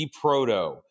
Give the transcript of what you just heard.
Proto